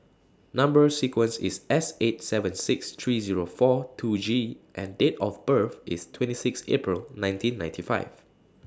Number sequence IS S eight seven six three Zero four two G and Date of birth IS twenty six April nineteen ninety five